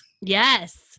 Yes